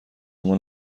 اما